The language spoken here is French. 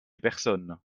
personne